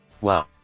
Wow